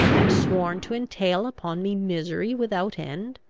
and sworn to entail upon me misery without end?